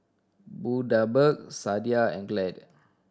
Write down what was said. Bundaberg Sadia and Glade